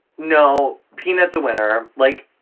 no, peanut's a winner. like,